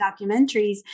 documentaries